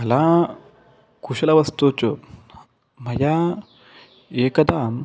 कला कुशलवस्तुषु मया एकदा